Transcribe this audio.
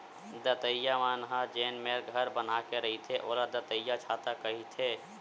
दतइया मन ह जेन मेर घर बना के रहिथे ओला दतइयाछाता कहिथे